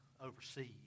overseas